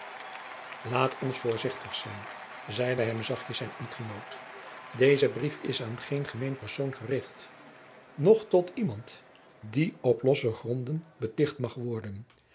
laat ons voorzichtig zijn zeide hem zachtjens zijn ambtgenoot deze brief is aan geen gemeen persoon gericht noch tot iemand die op losse gronden beticht mag worden